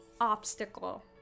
obstacle